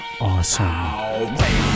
Awesome